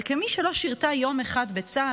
אבל כמי שלא שירתה יום אחד בצה"ל,